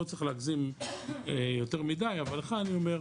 לא צריך להגזים יותר מדי אבל לך אני אומר,